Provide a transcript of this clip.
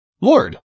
Lord